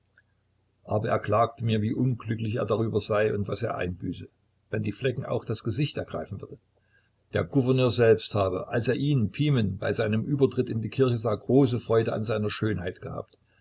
aber er klagte mir wie unglücklich er darüber sei und was er einbüße wenn die flecken auch das gesicht ergreifen würden der gouverneur selbst habe als er ihn pimen bei seinem übertritt in die kirche sah große freude an seiner schönheit gehabt